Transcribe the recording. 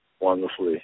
wonderfully